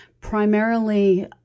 primarily